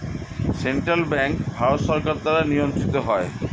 central bank ভারত সরকার দ্বারা নিয়ন্ত্রিত হয়